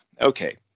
okay